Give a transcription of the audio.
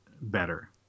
better